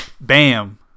bam